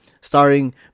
starring